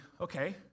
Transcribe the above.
okay